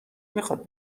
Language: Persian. میخواد